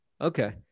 Okay